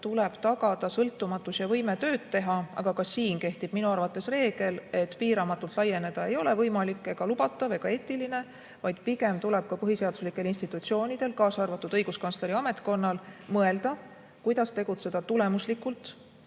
tuleb tagada sõltumatus ja võime tööd teha. Aga ka siin kehtib minu arvates reegel, et piiramatult laieneda ei ole võimalik ega lubatav ega eetiline, vaid pigem tuleb ka põhiseaduslikel institutsioonidel, kaasa arvatud õiguskantsleri ametkonnal, mõelda, kuidas tegutseda tulemuslikult